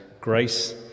grace